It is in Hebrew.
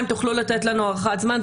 אם תוכלו לתת לנו הארכת זמן,